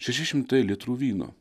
šeši šimtai litrų vyno